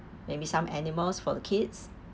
maybe some animals for the kids